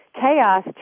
chaos